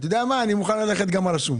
אתם לא הסכמתם במשרד האוצר.